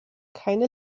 keine